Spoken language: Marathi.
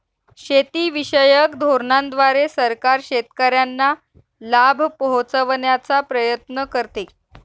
शेतीविषयक धोरणांद्वारे सरकार शेतकऱ्यांना लाभ पोहचवण्याचा प्रयत्न करते